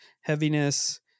heaviness